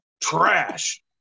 trash